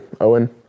Owen